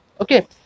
Okay